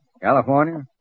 California